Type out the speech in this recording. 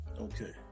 Okay